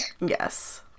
Yes